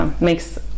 makes